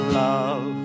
love